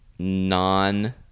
non